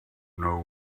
know